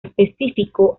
específico